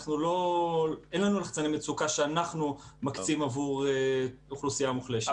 אין לנו לחצני מצוקה שאנחנו מקצים עבור אוכלוסייה מוחלשת.